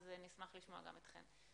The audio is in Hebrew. נשמח לשמוע גם אתכן.